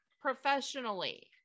professionally